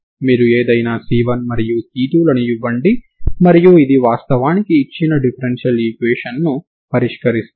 మీరు ఏదైనా C1 మరియు C2 లను ఇవ్వండి మరియు ఇది వాస్తవానికి ఇచ్చిన డిఫరెన్షియల్ ఈక్వేషన్ ను పరిష్కరిస్తుంది